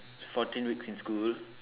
fourteen weeks in school